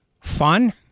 fun